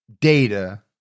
data